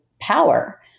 power